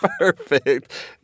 perfect